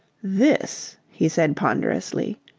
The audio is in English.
this, he said ponderously,